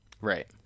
right